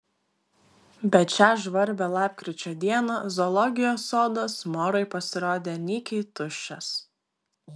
bet šią žvarbią lapkričio dieną zoologijos sodas morai pasirodė nykiai tuščias